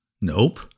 Nope